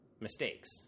mistakes